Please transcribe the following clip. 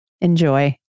Enjoy